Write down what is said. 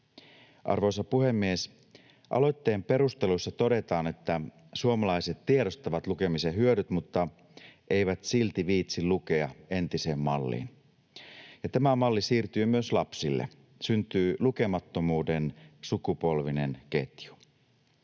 Arvoisa puhemies! Aloitteen perusteluissa todetaan, että suomalaiset tiedostavat lukemisen hyödyt mutta eivät silti viitsi lukea entiseen malliin, ja tämä malli siirtyy myös lapsille, syntyy lukemattomuuden sukupolvinen ketju.